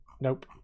nope